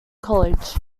college